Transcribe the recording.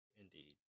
Indeed